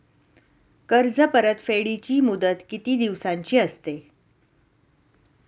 कर्ज परतफेडीची मुदत किती दिवसांची असते?